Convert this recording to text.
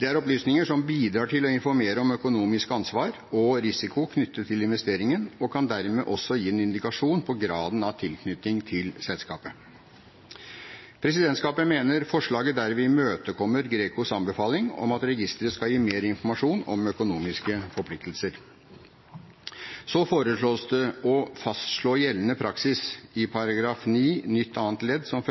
Det er opplysninger som bidrar til å informere om økonomisk ansvar og risiko knyttet til investeringen, og kan dermed også gi en indikasjon på graden av tilknytning til selskapet. Presidentskapet mener forslaget derved imøtekommer GRECOs anbefaling om at registeret skal gi mer informasjon om økonomiske forpliktelser. Så foreslås det å fastslå gjeldende praksis i § 9 nytt annet ledd som